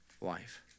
life